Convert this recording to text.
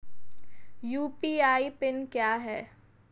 UPI pin क्या है?